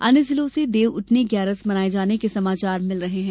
अन्य जिलों से देवउठनी ग्यारस मनाये जाने के समाचार मिल रहे हैं